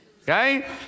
okay